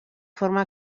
forma